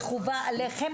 וחובה עליכם,